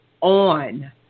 on